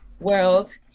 world